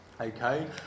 Okay